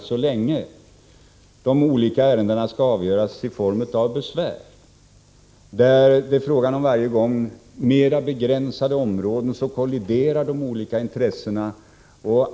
Så länge de olika ärendena skall avgöras i form av besvär, där det varje gång är fråga om mer begränsade områden, kolliderar naturligtvis de olika intressena.